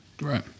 Right